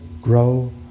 grow